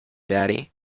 daddy